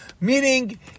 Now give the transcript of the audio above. Meaning